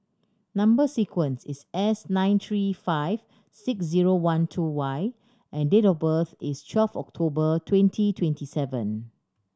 number sequence is S nine three five six zero one two Y and date of birth is twelfth October twenty twenty seven